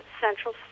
central